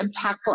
impactful